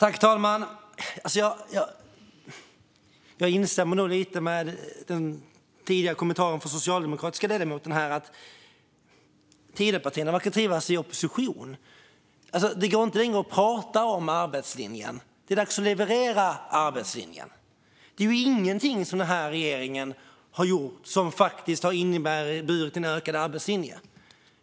Fru talman! Jag instämmer lite grann i den tidigare kommentaren från den socialdemokratiska ledamoten om att Tidöpartierna verkar trivas i opposition. Det går inte längre att prata om arbetslinjen. Det är dags att leverera arbetslinjen. Det är ingenting som denna regering har gjort som faktiskt har inneburit en ökad arbetslinje.